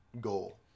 goal